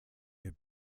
your